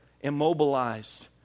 immobilized